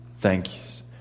thanks